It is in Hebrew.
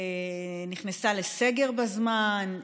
נכנסה לסגר בזמן,